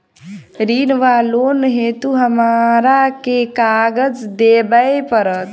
ऋण वा लोन हेतु हमरा केँ कागज देबै पड़त?